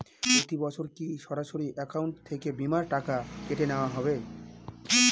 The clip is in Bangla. প্রতি বছর কি সরাসরি অ্যাকাউন্ট থেকে বীমার টাকা কেটে নেওয়া হবে?